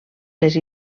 les